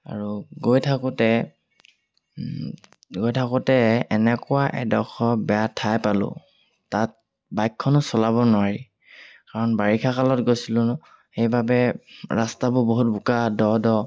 আৰু গৈ থাকোঁতে গৈ থাকোঁতে এনেকুৱা এডোখৰ বেয়া ঠাই পালোঁ তাত বাইকখনো চলাব নোৱাৰি কাৰণ বাৰিষা কালত গৈছিলো ন সেইবাবে ৰাস্তাবোৰ বহুত বোকা দ দ